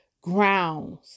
grounds